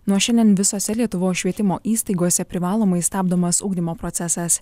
nuo šiandien visose lietuvos švietimo įstaigose privalomai stabdomas ugdymo procesas